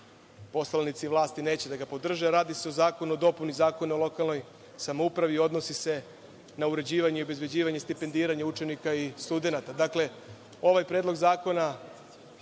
poslanici vlasti neće da ga podrže. Radi se o zakonu o dopuni Zakona o lokalnoj samoupravi i odnosi se na uređivanje i obezbeđivanje stipendiranje učenika i studenata. Dakle, ovaj predlog zakona